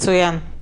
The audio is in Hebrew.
מצוין.